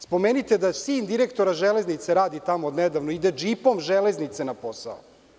Spomenite da sin direktora „Železnica“ radi tamo od nedavno, ide džipom železnice na posao.